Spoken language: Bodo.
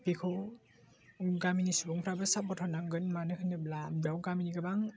बेखौ गामिनि सुबुंफ्राबो सापर्त होनांगोन मानो होनोब्ला बेयाव गामिनि गोबां